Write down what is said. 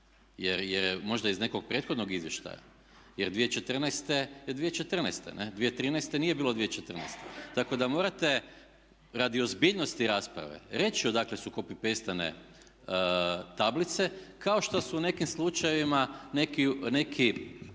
Jel' možda iz nekog prethodnog izvještaja? Jer 2014. je 2014. ne', 2013. nije bilo 2014. Tako da morate radi ozbiljnosti rasprave reći odakle su copy-paste tablice kao što su u nekim slučajevima neki